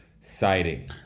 sighting